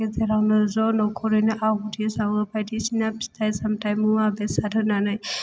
गेजेरावनो ज' न'खरैनो आवाथि सावो बायदिसिना फिथाइ सामथाय मुवा बेसाद होनानै